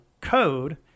code